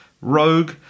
rogue